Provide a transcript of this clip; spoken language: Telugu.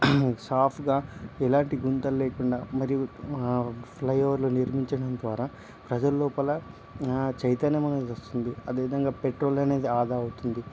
సాఫీగా ఎలాంటి గుంతలు లేకుండా మరియు ఫ్లై ఓవర్లు నిర్మించడం ద్వారా ప్రజల్లోపల చైతన్యం అనేది వస్తుంది అదేవిధంగా పెట్రోల్ అనేది ఆదా అవుతుంది